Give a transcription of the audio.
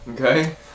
Okay